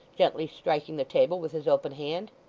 gently striking the table with his open hand.